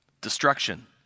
destruction